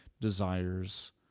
desires